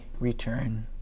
return